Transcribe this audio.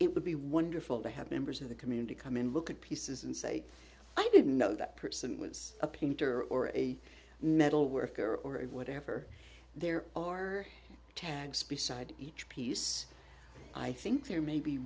it would be wonderful to have been bers of the community come and look at pieces and say i didn't know that person was a painter or a metal worker or whatever there are tags beside each piece i think there may be